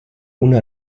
una